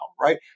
right